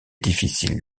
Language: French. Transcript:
difficile